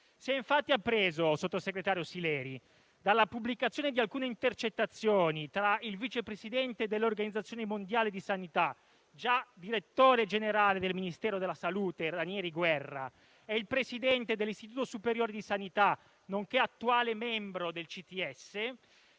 Se è infatti appreso, signor sottosegretario Sileri, dalla pubblicazione di alcune intercettazioni tra il vice presidente dell'Organizzazione mondiale della sanità, già direttore generale del Ministero della salute, Ranieri Guerra, e il Presidente dell'Istituto superiore di sanità, nonché attuale membro del CTS,